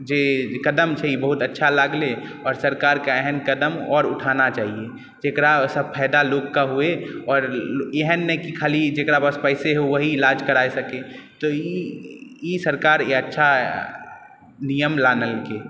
जे क़दम छै ई बहुत अच्छा लागलै आओर सरकार के एहन क़दम आओर उठाना चाही जेकरा सॅं फ़ायदा लोक के होइ आओर एहन नहि की ख़ाली जेकरा पास पैसा होए वहीं इलाज कराय सकै तऽ ई सरकार इएह अच्छा नियम लानलकै